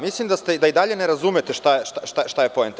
Mislim da i dalje ne razumete šta je poenta.